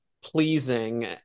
pleasing